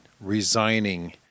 resigning